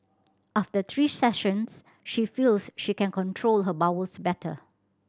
after three sessions she feels she can control her bowels better